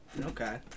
Okay